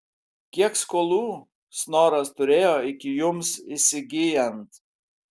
kiek skolų snoras turėjo iki jums įsigyjant